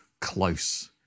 close